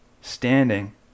standing